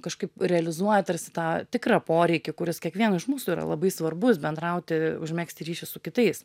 kažkaip realizuoja tarsi tą tikrą poreikį kuris kiekvieno iš mūsų yra labai svarbus bendrauti užmegzti ryšį su kitais